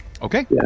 Okay